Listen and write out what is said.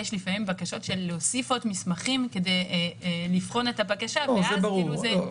יש לפעמים בקשות להוסיף עוד מסמכים כדי לבחון את הבקשה ואז זה מתעכב,